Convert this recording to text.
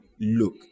Look